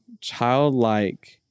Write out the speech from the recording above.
childlike